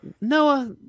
Noah